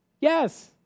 Yes